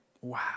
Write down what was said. wow